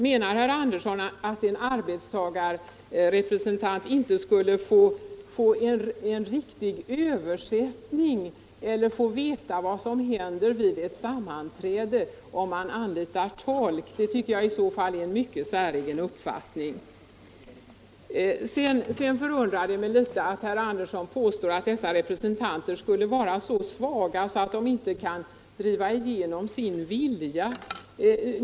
Menar herr Andersson att en arbetstagarrepresentant inte skulle få en riktig översättning eller få veta vad som händer vid ett sammanträde om man anlitar tolk? Det är i så fall en mycket säregen uppfattning. Sedan förundrar det mig litet att herr Andersson påstår att dessa representanter inte skulle kunna driva igenom sin vilja.